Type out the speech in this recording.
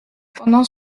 pendant